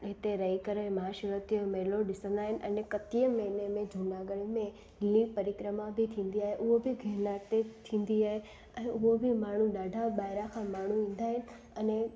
हिते रही करे महाशिवरात्रीअ जो मेलो ॾिसंदा आहिनि अने कतीजे मेले में जूनागढ़ में लीली परिक्रमा बि थींदी आहे उहो बि गिरनार ते थींदी आहे ऐं उहो बि माण्हू ॾाढा ॿाहिरां खां माण्हू ईंदा आहिनि अने